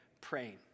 praying